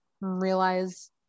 realize